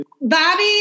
Bobby